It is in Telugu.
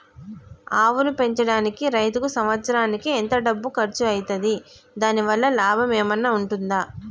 ఆవును పెంచడానికి రైతుకు సంవత్సరానికి ఎంత డబ్బు ఖర్చు అయితది? దాని వల్ల లాభం ఏమన్నా ఉంటుందా?